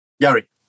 Gary